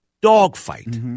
dogfight